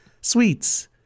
sweets